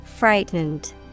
Frightened